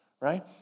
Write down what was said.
right